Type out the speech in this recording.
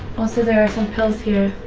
also there are some pills here